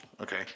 Okay